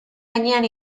gainean